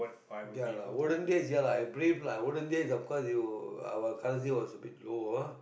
ya lah olden days ya lah I brave lah olden days you our currency was a bit low ah